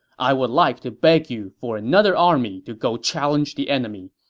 i would like to beg you for another army to go challenge the enemy.